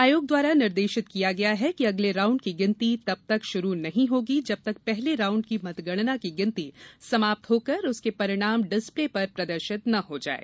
आयोग द्वारा निर्देशित किया गया है कि अगले राउण्ड की गिनती तब तक शुरू नहीं होगी जब तक पहले राउण्ड की मतगणना की गिनती समाप्त होकर उसके परिणाम डिस्प्ले पर प्रदर्शित न हो जायें